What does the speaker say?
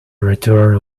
return